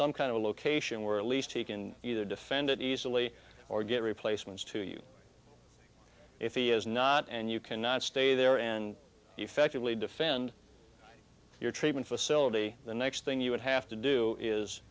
some kind of a location where at least he can either defend it easily or get replacements to you if he is not and you cannot stay there and effectively defend your treatment facility the next thing you would have to do is